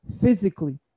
physically